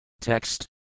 Text